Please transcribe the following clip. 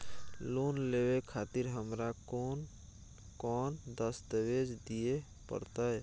Loan लेवे खातिर हमरा कोन कौन दस्तावेज दिय परतै?